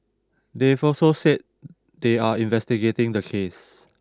they've also said they are investigating the case